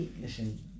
listen